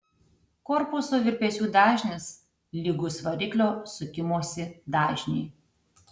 korpuso virpesių dažnis lygus variklio sukimosi dažniui